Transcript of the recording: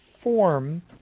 form